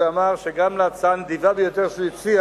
שאמר שגם להצעה הנדיבה ביותר שהוא הציע